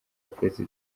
perezida